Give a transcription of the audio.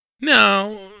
no